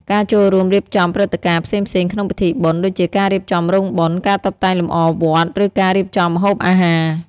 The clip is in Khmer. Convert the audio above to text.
ការចូលរួមរៀបចំព្រឹត្តិការណ៍ផ្សេងៗក្នុងពិធីបុណ្យ ដូចជាការរៀបចំរោងបុណ្យ ការតុបតែងលម្អវត្ត ឬការរៀបចំម្ហូបអាហារ។